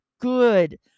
good